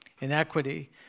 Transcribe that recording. inequity